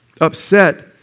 upset